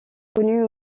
connu